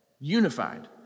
unified